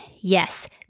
Yes